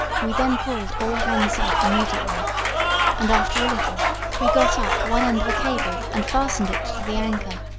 we then called all hands up immediately and after a little we got up one end of a cable, and fastened it to the anchor.